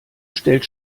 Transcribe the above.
stellt